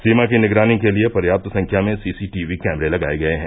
सीमा की निगरानी के लिये पर्याप्त संख्या में सीसी टीवी कैमरे लगाये गये हैं